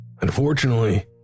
Unfortunately